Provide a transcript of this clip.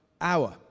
hour